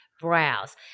Browse